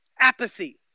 apathy